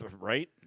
Right